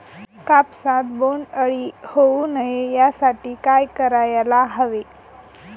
कापसात बोंडअळी होऊ नये यासाठी काय करायला हवे?